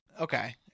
okay